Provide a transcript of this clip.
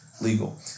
legal